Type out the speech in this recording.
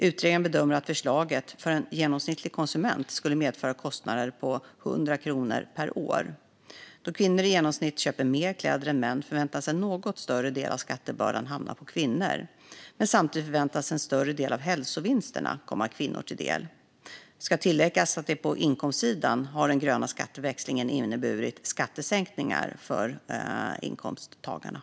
Utredningen bedömer att förslaget för en genomsnittlig konsument skulle medföra merkostnader på 100 kronor per år. Då kvinnor i genomsnitt köper mer kläder än män förväntas en något större del av skattebördan hamna på kvinnor, men samtidigt förväntas en större del av hälsovinsterna komma kvinnor till del. Det kan tilläggas att på inkomstsidan har den gröna skatteväxlingen inneburit skattesänkningar för inkomsttagarna.